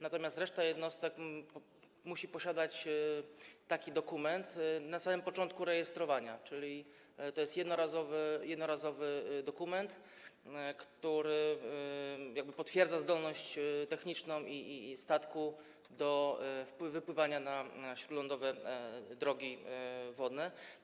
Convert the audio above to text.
Natomiast reszta jednostek musi posiadać taki dokument na samym początku rejestrowania, czyli to jest jednorazowy dokument, który potwierdza zdolność techniczną statku do wypływania na śródlądowe drogi wodne.